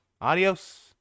adios